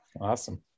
Awesome